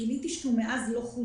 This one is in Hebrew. וגיליתי שמאז הוא לא חודש.